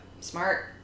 Smart